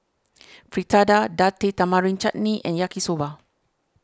Fritada Date Tamarind Chutney and Yaki Soba